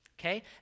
okay